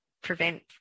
prevent